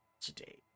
today